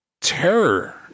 terror